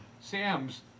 Sam's